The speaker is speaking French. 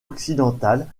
occidentale